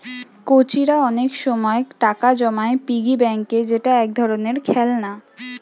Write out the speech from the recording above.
কচিরা অনেক সময় টাকা জমায় পিগি ব্যাংকে যেটা এক ধরণের খেলনা